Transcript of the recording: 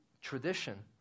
tradition